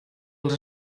els